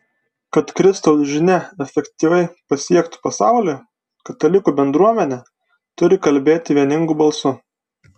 kad kristaus žinia efektyviai pasiektų pasaulį katalikų bendruomenė turi kalbėti vieningu balsu